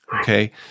Okay